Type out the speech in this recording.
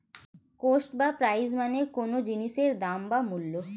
cost বা price মানে কোনো জিনিসের দাম বা মূল্য